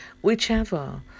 whichever